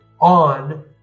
on